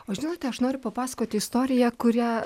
o žinote aš noriu papasakoti istoriją kurią